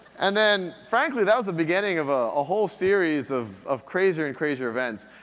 and then, frankly that was the beginning of ah a whole series of of crazier and crazier events.